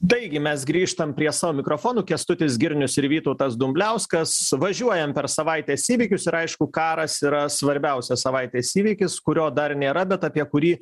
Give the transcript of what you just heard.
taigi mes grįžtam prie savo mikrofonų kęstutis girnius ir vytautas dumbliauskas važiuojam per savaitės įvykius ir aišku karas yra svarbiausias savaitės įvykis kurio dar nėra bet apie kurį